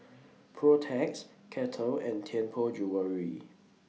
Protex Kettle and Tianpo Jewellery